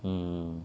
mm